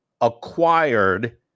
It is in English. acquired